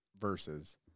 verses